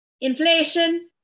inflation